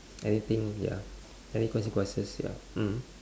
anything ya having consequences ya mm